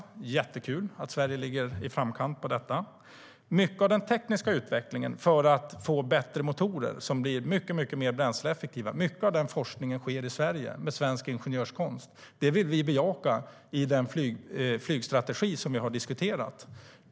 Det är jättekul att Sverige ligger i framkant när det gäller detta. Mycket av forskningen och den tekniska utvecklingen för att få bättre och mer bränsleeffektiva motorer sker i Sverige med svensk ingenjörskonst. Det vill vi bejaka i den flygstrategi som vi har diskuterat.